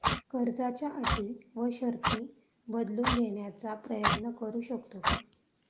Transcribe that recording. कर्जाच्या अटी व शर्ती बदलून घेण्याचा प्रयत्न करू शकतो का?